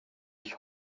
ich